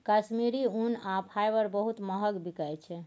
कश्मीरी ऊन आ फाईबर बहुत महग बिकाई छै